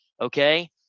okay